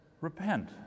repent